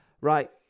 Right